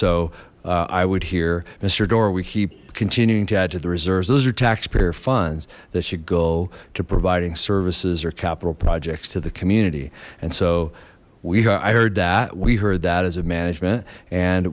so i would hear minister door we keep continuing to add to the reserves those are taxpayer funds that should go to providing services or capital projects to the community and so we heard that we heard that as a management and